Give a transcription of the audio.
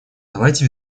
давайте